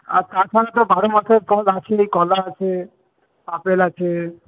আর তাছাড়া তো বারো মাসের ফল আছেই কলা আছে আপেল আছে